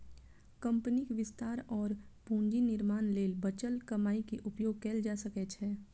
कंपनीक विस्तार और पूंजी निर्माण लेल बचल कमाइ के उपयोग कैल जा सकै छै